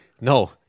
No